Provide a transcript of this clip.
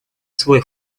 свой